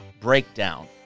breakdown